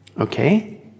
Okay